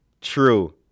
true